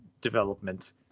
development